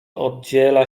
oddziela